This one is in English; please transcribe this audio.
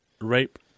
rape